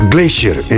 Glacier